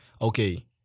okay